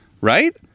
Right